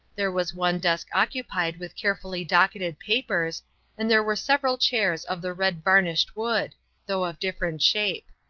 there was one desk occupied with carefully docketed papers and there were several chairs of the red-varnished wood though of different shape.